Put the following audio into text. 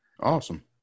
Awesome